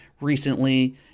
recently